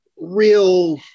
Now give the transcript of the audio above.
real